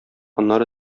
аннары